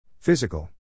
Physical